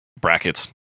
Brackets